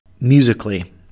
musically